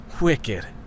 Wicked